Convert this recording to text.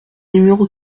numéro